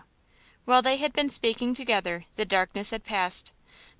while they had been speaking together the darkness had passed.